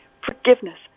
forgiveness